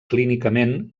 clínicament